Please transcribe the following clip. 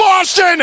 Boston